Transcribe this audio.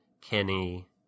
Kenny